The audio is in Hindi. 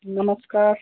नमस्कार